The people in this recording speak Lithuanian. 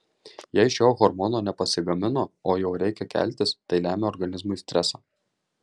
jei šio hormono nepasigamino o jau reikia keltis tai lemia organizmui stresą